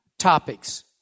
topics